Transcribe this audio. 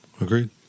agreed